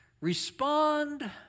respond